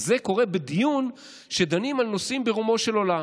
אז זה קורה בדיון שדנים בו על נושאים ברומו של עולם.